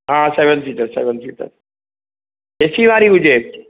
हा seven seater seven seater AC वारी हुजे